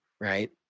right